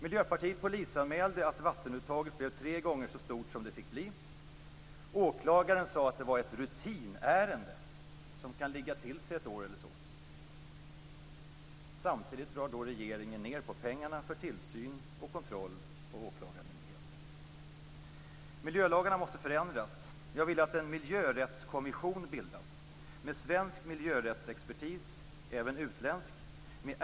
Miljöpartiet polisanmälde att vattenuttaget blev tre gånger så stort som det fick bli. Åklagaren sade att detta var ett rutinärende, som kunde ligga till sig ett år eller så. Samtidigt drar regeringen ned på pengarna för tillsyn, kontroll och åklagarmyndigheter. Miljölagarna måste förändras. Jag vill att en miljörättskommission med svensk och även utländsk miljörättsexpertis bildas.